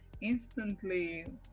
Instantly